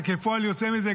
וכפועל יוצא מזה,